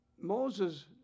Moses